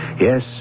Yes